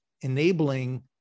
enabling